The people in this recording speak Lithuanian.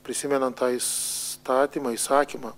prisimenant tą įstatymą įsakymą